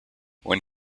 when